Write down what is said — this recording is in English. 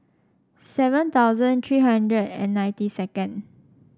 seven thousand three hundred and ninety second